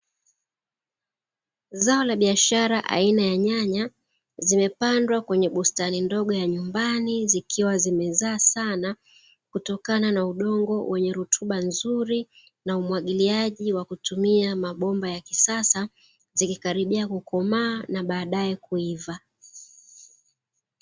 Zao la biashara aina ya nyanya zimepandwa kwenye bustani ndogo ya nyumbani zikiwa zimezaa sana , kutokana na udongo wenye rutuba nzuri na umwagiliaji wa kutumia mabomba ya kisasa zikikaribia kukomaa na badae kuiva.